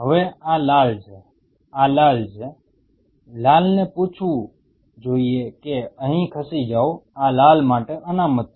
હવે આ લાલ છે આ લાલ છે લાલ ને પૂછવું જોઈએ કે અહીં ખસી જાઓ આ લાલ માટે અનામત છે